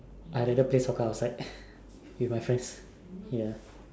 I rather play soccer outside with my friends ya